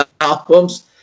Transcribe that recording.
albums